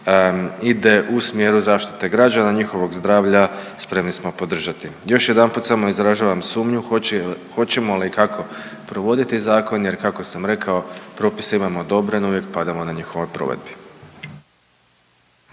ide u smjeru zaštite građana, njihovog zdravlja spremni smo podržati. Još jedanput samo izražavam sumnju hoćemo li i kako provoditi zakon jer kako sam rekao propise imamo dobre, no uvijek padamo na njihovoj provedbi.